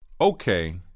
Okay